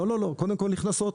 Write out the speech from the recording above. קודם כול, נכנסות.